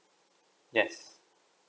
yes